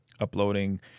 Uploading